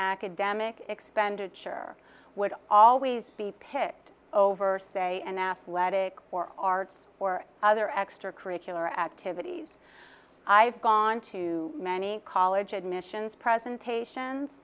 academic expenditure would always be picked over say an athletic or arts or other extracurricular activities i have gone to many college admissions presentations